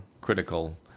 critical